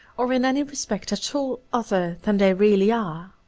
or in any respect at all other than they really are,